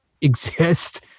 exist